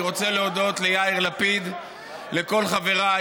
אני רוצה להודות ליאיר לפיד ולכל חבריי